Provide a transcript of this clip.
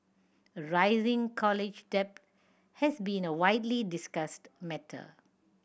rising college debt has been a widely discussed matter